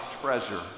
treasure